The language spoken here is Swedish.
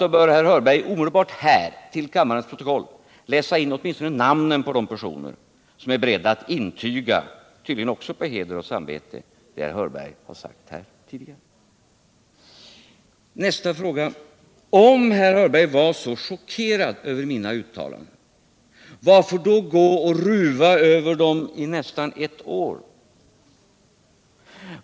Då bör herr Hörberg omedelbart till kammarens protokoll läsa in åtminstone namnen på de personer som är beredda att intyga, tydligen också på heder och samvete, det som herr Hörberg har sagt här i kammaren. Om herr Hörberg var så chockerad över mina uttalanden — varför då gå och ruva över dem i nästan ett år?